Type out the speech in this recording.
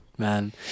man